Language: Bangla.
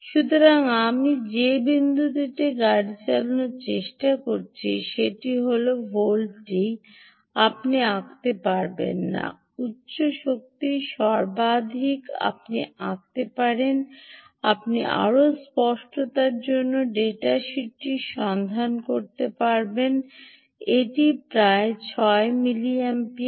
সুতরাং আমি যে বিন্দুটিতে গাড়ি চালানোর চেষ্টা করছি সেটি হল এই ভেল্ডোটি আপনি আঁকতে পারবেন না উচ্চ শক্তি সর্বাধিক আপনি আঁকতে পারেন আপনি আরও স্পষ্টতার জন্য ডেটা শীটটি সন্ধান করতে চাইতে পারেন এটি প্রায় 6 মিলিঅ্যাম্পিয়ার